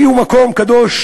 כי הוא מקום קדוש